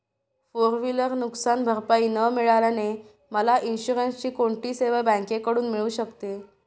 Four wheeler नुकसानभरपाई न मिळाल्याने मला इन्शुरन्सची कोणती सेवा बँकेकडून मिळू शकते?